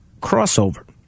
crossover